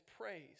praise